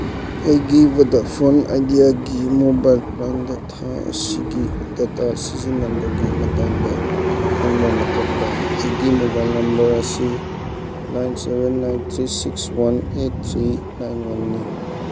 ꯑꯩꯒꯤ ꯚꯣꯗꯥꯐꯣꯟ ꯑꯥꯏꯗꯤꯌꯥꯒꯤ ꯃꯣꯕꯥꯏꯜ ꯄ꯭ꯂꯥꯟꯗ ꯊꯥ ꯑꯁꯤꯒꯤ ꯗꯇꯥ ꯁꯤꯖꯤꯟꯅꯕꯒꯤ ꯃꯇꯥꯡꯗ ꯈꯪꯕ ꯃꯊꯧ ꯇꯥꯏ ꯑꯩꯒꯤ ꯃꯣꯕꯥꯏꯜ ꯅꯝꯕꯔ ꯑꯁꯤ nine seven nine three six one eight three nine ꯋꯥꯟꯅꯤ